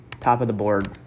Top-of-the-board